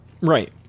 Right